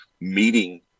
meeting